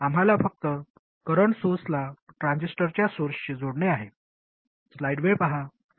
आम्हाला फक्त करंट सोर्सला ट्रान्झिस्टरच्या सोर्सशी जोडणे आहे